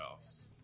playoffs